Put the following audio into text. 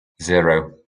zero